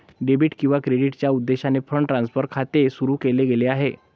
debit किंवा क्रेडिटच्या उद्देशाने फंड ट्रान्सफर खाते सुरू केले गेले आहे